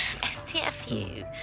STFU